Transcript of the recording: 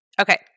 okay